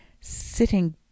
sitting